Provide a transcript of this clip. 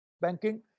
banking